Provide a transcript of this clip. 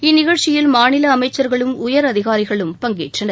இந்நிகழ்ச்சியில் மாநில அமைச்சர்களும் உயரதிகாரிகளும் பங்கேற்றனர்